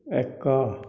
ଏକ